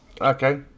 okay